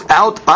out